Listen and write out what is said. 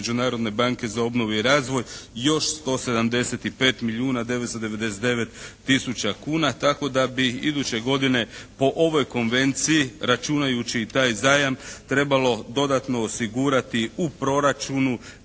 Međunarodne banke za obnovu i razvoj još 175 milijuna 999 tisuća kuna tako da bi iduće godine po ovoj Konvenciji, računajući i taj zajam trebalo dodatno osigurati u proračunu